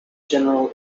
general